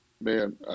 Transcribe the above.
man